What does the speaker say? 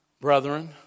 brethren